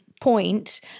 point